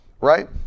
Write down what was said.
right